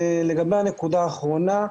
לגבי הנקודה האחרונה,